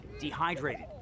dehydrated